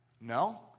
No